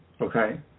Okay